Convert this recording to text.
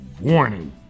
warning